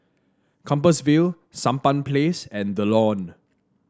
Compassvale Sampan Place and The Lawn